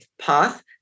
path